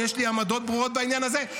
יש לי עמדות ברורות בעניין הזה.